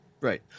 Right